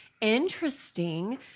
interesting